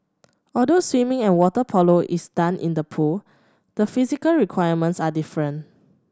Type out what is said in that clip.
although swimming and water polo are done in the pool the physical requirements are different